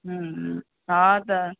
हम्म हा त